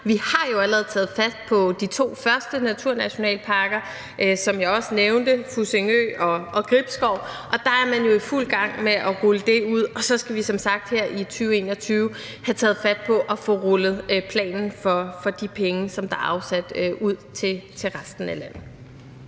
Vi har jo allerede taget fat på de to første naturnationalparker, som jeg også nævnte – Fussingø og Gribskov – og der er man jo i fuld gang med at rulle det ud. Og så skal vi som sagt her i 2021 have taget fat på at få rullet planen for de penge, som der er afsat, ud til resten af landet.